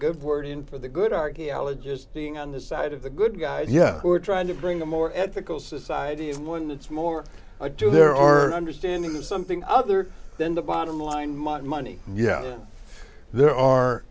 good word in for the good archaeologist being on the side of the good guys yeah we're trying to bring a more ethical society one that's more i do there are understanding that something other than the bottom line much money yeah there are